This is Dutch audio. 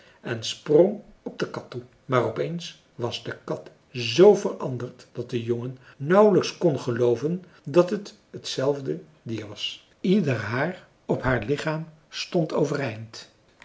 en sprong op de kat toe maar opeens was de kat zoo veranderd dat de jongen nauwelijks kon gelooven dat het t zelfde dier was ieder haar op haar lichaam stond overeind